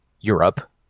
Europe